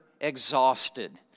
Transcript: exhausted